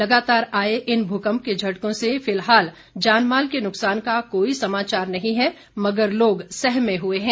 लगातार आए इन भूकम्प के झटकों से फिलहाल जानमाल के नुकसान का कोई समाचार नहीं है मगर लोग सहमे हुए हैं